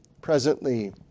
presently